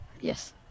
Yes